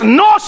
no